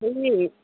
হেৰি